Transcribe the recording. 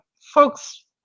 folks